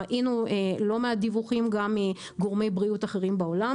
ראינו לא מעט דיווחים מגורמי בריאות אחרים בעולם